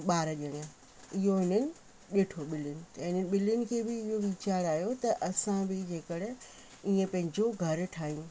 ऐं ॿार ॼणियां इहो हिननि ॾिठो ॿिलीनि त हिन ॿिलीनि खे बि इहो वीचारु आयो त असां बि जेकर ईअं पंहिंजो घरु ठाहियूं